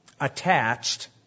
attached